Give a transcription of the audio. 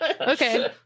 Okay